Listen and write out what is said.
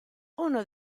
uno